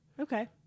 okay